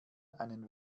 einen